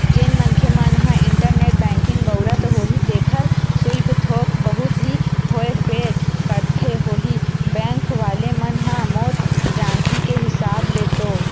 जेन मनखे मन ह इंटरनेट बेंकिग बउरत होही तेखर सुल्क थोक बहुत ही होवय फेर काटथे होही बेंक वले मन ह मोर जानती के हिसाब ले तो